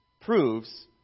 proves